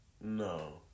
No